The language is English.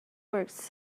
works